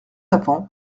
apens